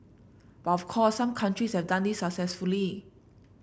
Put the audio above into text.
but of course some countries have done this successfully